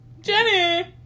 jenny